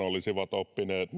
olisivat oppineet